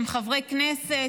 עם חברי כנסת,